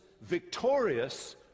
victorious